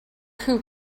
who